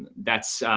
that's,